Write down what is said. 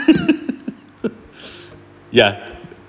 ya